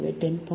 எனவே 10